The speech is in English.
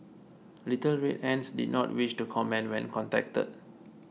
Little Red Ants did not wish to comment when contacted